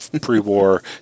pre-war